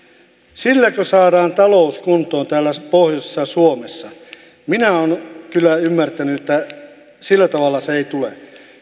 silläkö saadaan talous kuntoon täällä pohjoisessa suomessa minä olen kyllä ymmärtänyt että sillä tavalla se ei tule